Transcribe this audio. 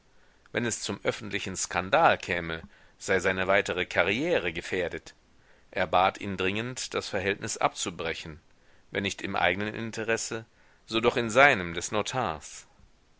wenn es zum öffentlichen skandal käme sei seine weitere karriere gefährdet er bat ihn dringend das verhältnis abzubrechen wenn nicht im eignen interesse so doch in seinem des notars